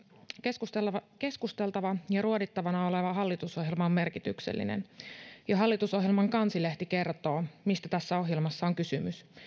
keskusteltavana keskusteltavana ja ruodittavana oleva hallitusohjelma on merkityksellinen jo hallitusohjelman kansilehti kertoo mistä tässä ohjelmassa on kysymys